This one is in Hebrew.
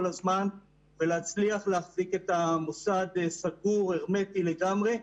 הזמן ולהצליח להחזיק את המוסד סגור הרמטי לגמרי.